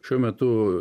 šiuo metu